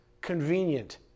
convenient